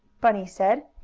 bunny said.